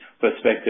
perspective